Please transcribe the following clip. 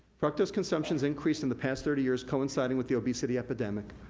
fructose consumption's increased in the past thirty years, coinciding with the obesity epidemic.